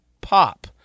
pop